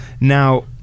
Now